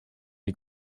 die